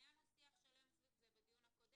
היה לנו שיח שלם סביב זה בדיון הקודם.